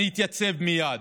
אני אתייצב מייד.